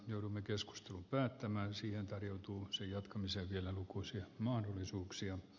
joudumme keskustelun päättämään siihen tarjoutuu sen jatkamisen vielä lukuisia mahdollisuuksia